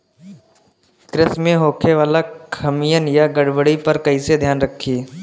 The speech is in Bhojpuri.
कृषि में होखे वाला खामियन या गड़बड़ी पर कइसे ध्यान रखि?